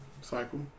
cycle